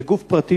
לגוף פרטי,